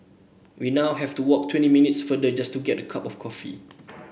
we now have to walk twenty minutes farther just to get a cup of coffee